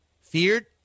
Feared